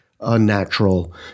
unnatural